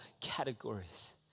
categories